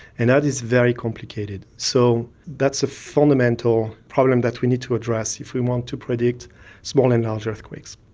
and that is very complicated. so that's a fundamental problem that we need to address if we want to predict small and large earthquakes.